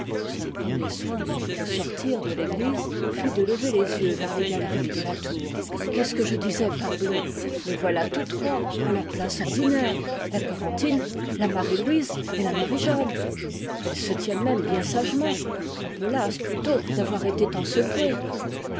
son premier soin au sortir de l'église fut de lever les yeux vers les galeries de la tour la femme du sacristc vit la marie-jeanne s'élancer dans l'espace qu'est-ce que je disais parbleu les voilà toutes trois à leur place ordinaire la corentine la marie-louise et la marie-jeanne elles se tiennent même bien sagement un peu lasses plutôt d'avoir été tant secouées